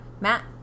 Matt